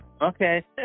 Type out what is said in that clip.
Okay